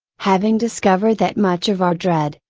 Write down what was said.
having discovered that much of our dread,